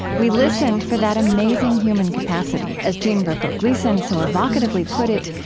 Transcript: we listened for that amazing human capacity, as jean berko gleason so evocatively put it,